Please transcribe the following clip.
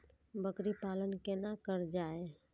बकरी पालन केना कर जाय?